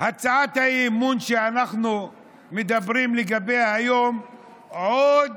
הצעת האי-אמון שאנחנו מדברים לגביה היום עוד